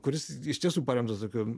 kuris iš tiesų paremtas tokiu